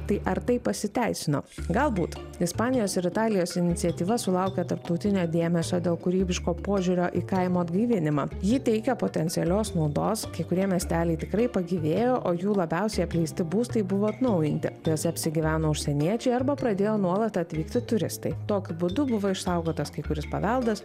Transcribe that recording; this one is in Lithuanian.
tai ar tai pasiteisino galbūt ispanijos ir italijos iniciatyva sulaukė tarptautinio dėmesio dėl kūrybiško požiūrio į kaimo atgaivinimą ji teikia potencialios naudos kai kurie miesteliai tikrai pagyvėjo o jų labiausiai apleisti būstai buvo atnaujinti juose apsigyveno užsieniečiai arba pradėjo nuolat atvykti turistai tokiu būdu buvo išsaugotas kai kuris paveldas